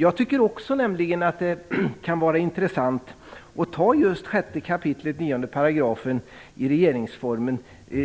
Jag tycker nämligen också att det kan vara intressant att ta just 6 kap. 9 § i regeringsformen